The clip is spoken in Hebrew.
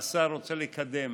והשר רוצה לקדם